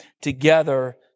together